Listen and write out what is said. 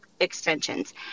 extensions